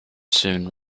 soon